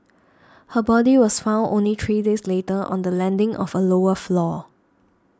her body was found only three days later on the landing of a lower floor